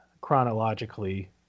chronologically